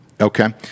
Okay